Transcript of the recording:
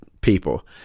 people